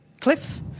cliffs